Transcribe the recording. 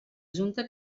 junta